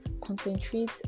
concentrate